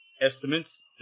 estimates